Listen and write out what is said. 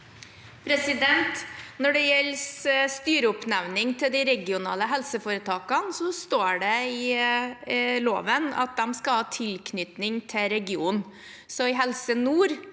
Når det gjelder styreoppnevning til de regionale helseforetakene, står det i loven at de skal ha tilknytning til regionen,